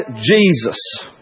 Jesus